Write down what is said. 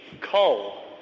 coal